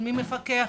מי מפקח?